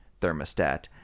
thermostat